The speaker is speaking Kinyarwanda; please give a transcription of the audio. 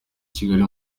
kigali